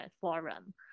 forum